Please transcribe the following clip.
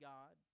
God